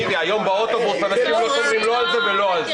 היום באוטובוס אנשים לא שומרים לא על זה ולא על זה.